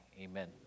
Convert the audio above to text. Amen